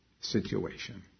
situation